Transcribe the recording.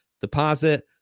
deposit